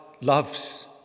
loves